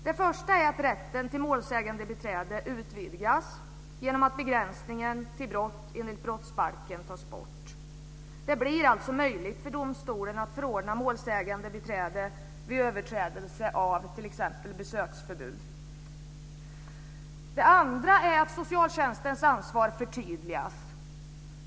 Det första är att rätten till målsägandebiträde utvidgas genom att begränsningen till brott enligt brottsbalken tas bort. Det blir alltså möjligt för domstolen att förordna målsägandebiträde vid överträdelse av t.ex. besöksförbud. Det andra är att socialtjänstens ansvar förtydligas.